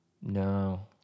no